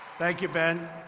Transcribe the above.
thank you, ben.